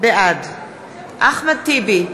בעד אחמד טיבי,